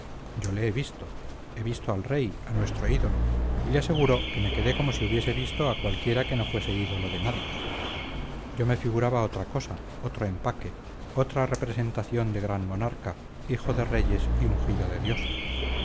yo le he visto he visto al rey a nuestro ídolo y le aseguro que me quedé como si hubiese visto a cualquiera que no fuese ídolo de nadie yo me figuraba otra cosa otro empaque otra representación de gran monarca hijo de reyes y ungido de dios